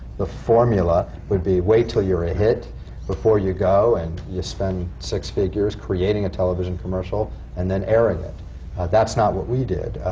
the formula would be wait till you're a hit before you go and you spend six figures creating a television commercial and then airing it. but that's not what we did.